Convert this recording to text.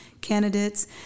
candidates